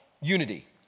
unity